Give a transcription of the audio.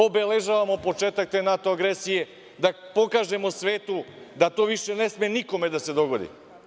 Obeležavamo početak te NATO agresije da pokažemo svetu da to više ne sme nikome da se dogodi.